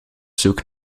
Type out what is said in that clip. zoek